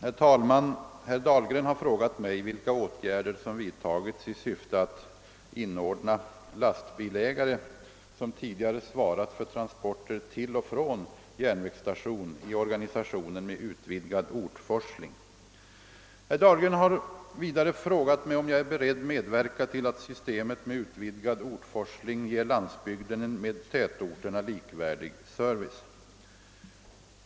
Herr talman! Herr Dahlgren har frågat mig vilka åtgärder som vidtagits i syfte att inordna lastbilsägare som tidigare svarat för transporter till och från järnvägsstation i organisationen med utvidgad ortforsling. Herr Dahlgren har vidare frågat mig om jag är beredd medverka till att systemet med utvidgad ortforsling ger landsbygden en med tätorterna likvärdig service.